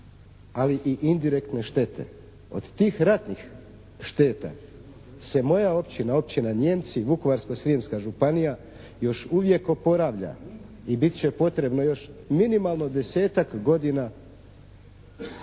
ali i indirektne štete. Od tih ratnih šteta se moja općina, Općina Njemci, Vukovarsko-srijemska županija još uvijek oporavlja i bit će potrebno još minimalno 10-tak godina da se